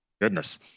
Goodness